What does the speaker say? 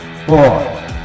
Four